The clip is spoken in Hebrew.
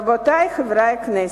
רבותי חברי הכנסת,